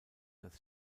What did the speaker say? das